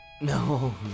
No